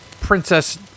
princess